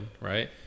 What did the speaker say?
right